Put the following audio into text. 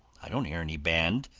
i don't hear any band,